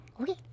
Okay